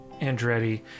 Andretti